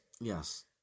Yes